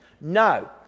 no